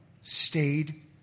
stayed